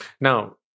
Now